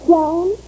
Joan